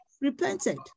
repented